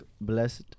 blessed